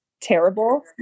terrible